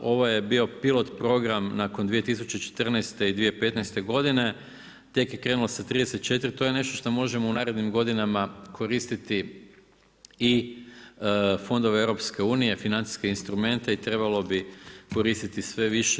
Ovo je bio pilot program nakon 2014. i 2015. godine, tek je krenulo sa 34, to je nešto što možemo u narednim godinama koristiti i fondove EU, financijske instrumente i trebalo bi koristiti sve više.